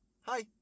hi